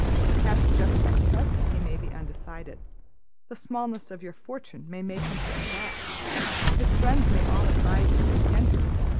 perhaps just at present he may be undecided the smallness of your fortune may make him hang back his friends may all advise him against it.